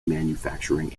manufacturing